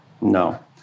No